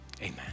Amen